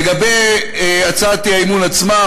לגבי הצעת האי-אמון עצמה,